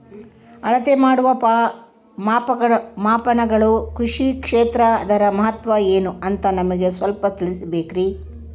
ಅಳತೆ ಮಾಡುವ ಮಾಪನಗಳು ಕೃಷಿ ಕ್ಷೇತ್ರ ಅದರ ಮಹತ್ವ ಏನು ಅಂತ ನಮಗೆ ಸ್ವಲ್ಪ ತಿಳಿಸಬೇಕ್ರಿ?